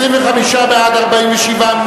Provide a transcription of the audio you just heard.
התש"ע 2010,